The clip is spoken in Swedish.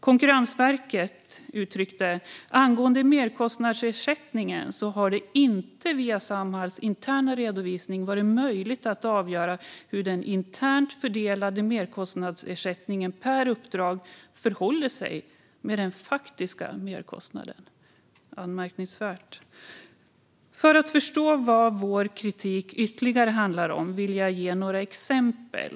Konkurrensverket uttryckte följande angående merkostnadsersättningen: "Det har inte varit möjligt att utifrån Samhalls interna redovisning avgöra hur den internt fördelade merkostnadsersättningen per uppdrag förhåller sig till den faktiska merkostnaden." Detta är anmärkningsvärt. För att ni ska förstå vad vår kritik handlar om vill jag ge några exempel.